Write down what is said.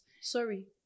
sorry